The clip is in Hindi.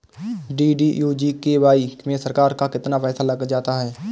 डी.डी.यू जी.के.वाई में सरकार का कितना पैसा लग जाता है?